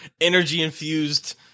energy-infused